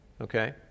okay